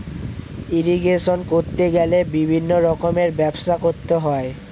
irrigation করতে গেলে বিভিন্ন রকমের ব্যবস্থা করতে হয়